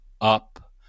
up